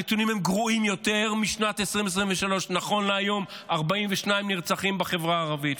הנתונים הם גרועים יותר משנת 2023. נכון להיום 42 נרצחים בחברה הערבית.